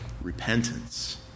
repentance